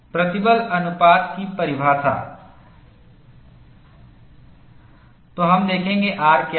प्रतिबल अनुपात की परिभाषा तो हम देखेंगे R क्या है